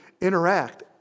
interact